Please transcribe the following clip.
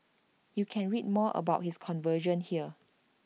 you can read more about his conversion here